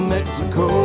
Mexico